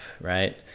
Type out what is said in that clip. right